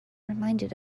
reminded